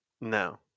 No